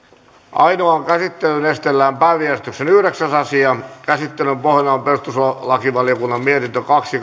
ainoaan käsittelyyn esitellään päiväjärjestyksen yhdeksäs asia käsittelyn pohjana on perustuslakivaliokunnan mietintö kaksi